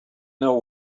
know